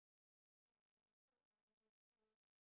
okay the store has